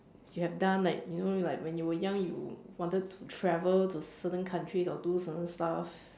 you have done like you know like when you were young you wanted to travel to certain countries or do certain stuff